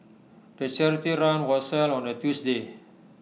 the charity run was held on A Tuesday